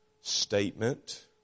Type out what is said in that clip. statement